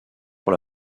pour